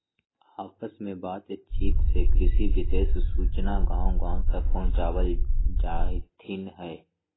आपस में बात चित से कृषि विशेष सूचना गांव गांव तक पहुंचावल जाईथ हई